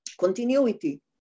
continuity